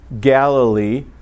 Galilee